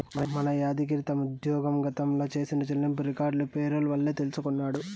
మన యాద్గిరి తన ఉజ్జోగంల గతంల చేసిన చెల్లింపులు రికార్డులు పేరోల్ వల్లే తెల్సికొన్నాడు